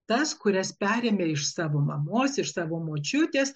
tas kurias perėmė iš savo mamos iš savo močiutės